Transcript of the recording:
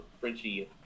Frenchie